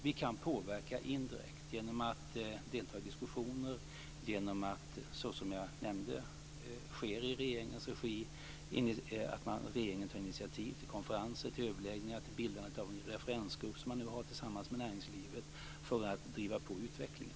Vi kan påverka indirekt genom att delta i diskussioner och genom att, såsom jag nämnde, regeringen tar initiativ till konferenser, överläggningar, till bildandet av en referensgrupp som man nu har tillsammans med näringslivet för att driva på utvecklingen.